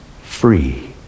free